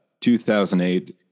2008